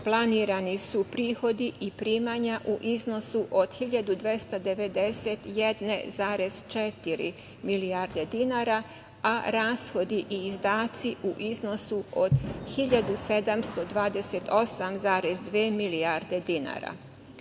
planirani su prihodi i primanja u iznosu od 1.291,4 milijarde dinara, a rashodi i izdaci u iznosu od 1.728,2 milijarde dinara.